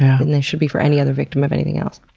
and they should be for any other victim of anything else.